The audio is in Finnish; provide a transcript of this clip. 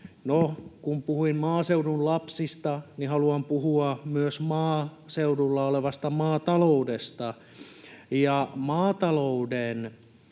kun puhuin maaseudun lapsista, niin haluan puhua myös maaseudulla olevasta maataloudesta. Maatalouden